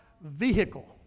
vehicle